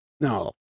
No